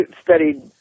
studied